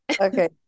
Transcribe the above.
okay